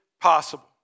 possible